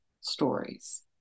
stories